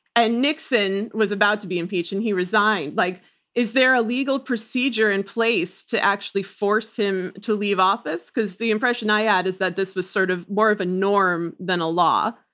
and nixon was about to be impeached and he resigned. like is there a legal procedure in place to actually force him to leave office? because the impression i ah had, is that this was sort of more of a norm than a law.